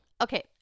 Okay